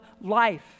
life